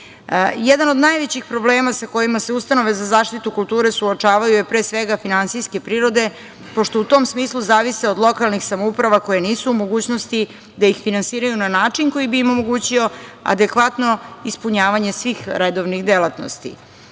od najvećih problema sa kojima se ustanove za zaštitu kulture suočavaju je, pre svega, finansijske prirode, pošto u tom smislu zavise od lokalnih samouprava, koje nisu u mogućnosti da ih finansiraju na način koji bi im omogućio adekvatno ispunjavanje svih redovnih delatnosti.